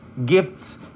Gifts